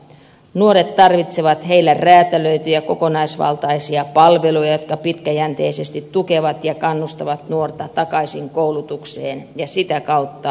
nuoret tarvitsevat heille räätälöityjä kokonaisvaltaisia palveluja jotka pitkäjänteisesti tukevat ja kannustavat nuorta takaisin koulutukseen ja sitä kautta työelämään